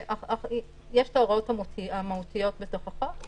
יש את ההוראות המהותיות בתוך החוק,